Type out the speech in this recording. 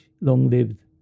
long-lived